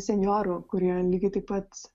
senjorų kurie lygiai taip pat